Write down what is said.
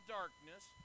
darkness